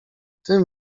tym